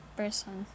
person